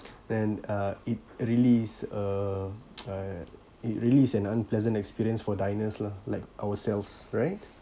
then uh it really is uh uh it really is an unpleasant experience for diners lah like ourselves right